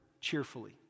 cheerfully